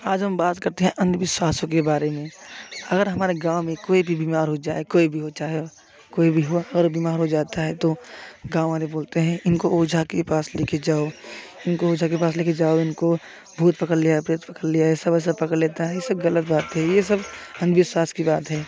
आज हम बात करते हैं अंधविश्वासों के बारे में अगर हमारे गाँव में कोई भी बीमार हो जाए कोई भी हो चाहे कोई भी हो और बीमार हो जाता है तो गाँव वाले बोलते हैं इनको ओझा के पास लेके जाओ इनको ओझा के पास लेके जाओ इनको भूत पकड़ लिया प्रेत पकड़ लिया ऐसा वैसा पकड़ लेता है ये सब गलत बात है ये सब अंधविश्वास की बात है